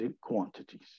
quantities